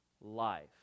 life